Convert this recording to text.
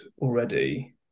already